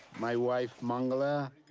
my wife mangala,